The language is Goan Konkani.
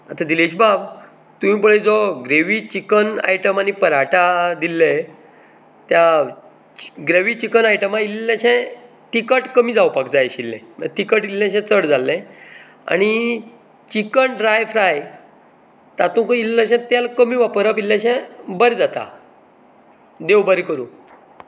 आतां दिलेश बाब तुवें पळय जो ग्रेवी चिकन आयटम आनी पराटा दिल्ले त्या ग्रेवी चिकन आयटमा इल्लेशें तिकट कमी जावपाक जाय आशिल्लें तिकट इल्लेशें चड जाल्लें आनी चिकन ड्राय फ्राय तातूंकय इल्लेशें तेल कमी वापरप इल्लेशें बरें जाता देव बरें करूं